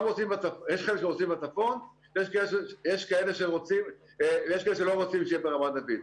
יש כאלה שרוצים בצפון ויש כאלה שלא רוצים שיהיה ברמת דוד.